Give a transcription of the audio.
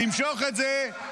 תמשוך את זה,